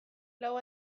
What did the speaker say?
lau